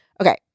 Okay